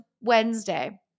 Wednesday